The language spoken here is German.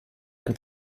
ein